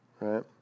right